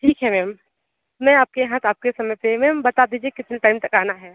ठीक हैं मैम मैं आपके यहाँ आपके समय पर मैम बता दीजिए कितने टाइम तक आना है